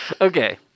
Okay